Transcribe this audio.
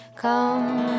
Come